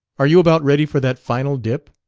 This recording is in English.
are you about ready for that final dip?